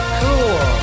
cool